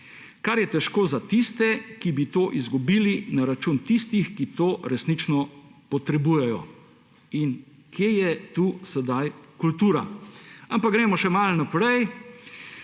kar je težko za tiste, ki bi to izgubili na račun tistih, ki to resnično potrebujejo. Kje je tu sedaj kultura? Ampak gremo še malo naprej.